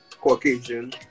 Caucasian